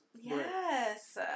Yes